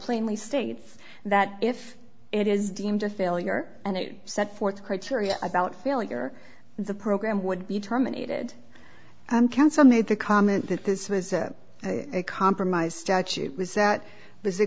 plainly states that if it is deemed a failure and it set forth criteria about failure the program would be terminated and counsel made the comment that this was a compromise statute was that was a